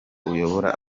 uyobora